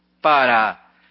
para